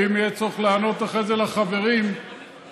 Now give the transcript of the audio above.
ואם יהיה צורך לענות אחרי זה לחברים שיעלו,